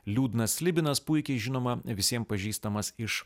liūdnas slibinas puikiai žinoma visiem pažįstamas iš